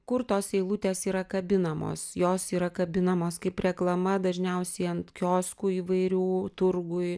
kur tos eilutės yra kabinamos jos yra kabinamos kaip reklama dažniausiai ant kioskų įvairių turguj